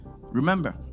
remember